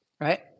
right